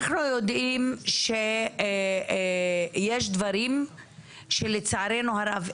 אנחנו יודעים שיש דברים שלצערנו הרב,